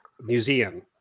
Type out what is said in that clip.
museum